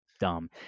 dumb